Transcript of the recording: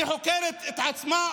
היא החוקרת את עצמה,